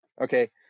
Okay